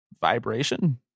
vibration